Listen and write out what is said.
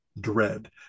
dread